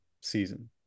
season